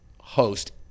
host